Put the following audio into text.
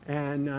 and